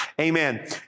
Amen